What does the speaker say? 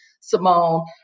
Simone